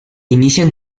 inician